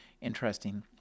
interesting